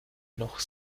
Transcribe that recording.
noch